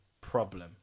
problem